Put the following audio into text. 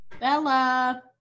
Bella